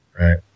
right